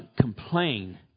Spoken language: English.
complain